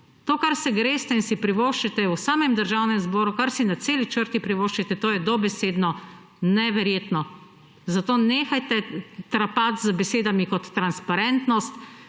To, kar se greste in si privoščite v Državnem zboru, kar si na celi črti privoščite, to je dobesedno neverjetno. Zato nehajte trapati z besedami, kot so transparentnost,